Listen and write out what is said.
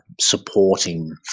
supporting